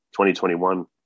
2021